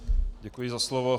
Děkuji za slovo.